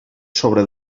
sobre